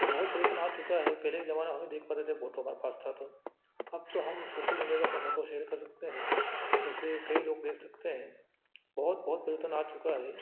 तो बहुत परिवर्तन आ चुका है पहले के ज़माना हम ही देख पाते थे फोटो हमारे पास था तो अब तो हम सोशल मीडिया पर अपना फोटो शेयर कर सकते हैं उसे कई लोग देख सकते हैं बहुत बहुत परिवर्तन आ चुका है